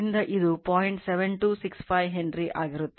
7265 Henry ಆಗಿರುತ್ತದೆ